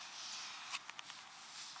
huh